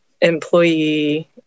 employee